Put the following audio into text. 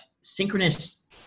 synchronous